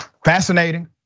Fascinating